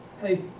hey